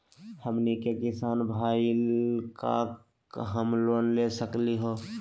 हमनी के किसान भईल, का हम लोन ले सकली हो?